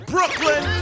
Brooklyn